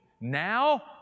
now